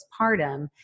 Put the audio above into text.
postpartum